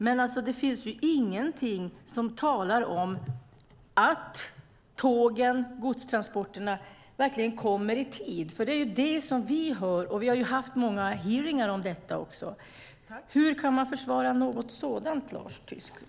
Men det finns ingenting som talar för att tågen, godstransporterna, verkligen kommer i tid. Det är ju det som vi för fram. Vi har i utskottet också haft många hearingar om detta. Hur kan man försvara något sådant, Lars Tysklind?